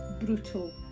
brutal